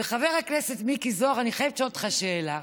חבר הכנסת מיקי זוהר, אני חייבת לשאול אותך שאלה: